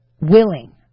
willing